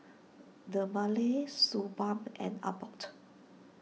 Dermale Suu Balm and Abbott